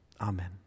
Amen